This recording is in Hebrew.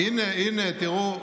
הינה, הינה, תראו,